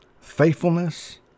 faithfulness